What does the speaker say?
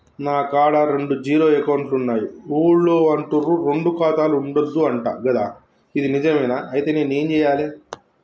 నా కాడా రెండు జీరో అకౌంట్లున్నాయి ఊళ్ళో అంటుర్రు రెండు ఖాతాలు ఉండద్దు అంట గదా ఇది నిజమేనా? ఐతే నేనేం చేయాలే?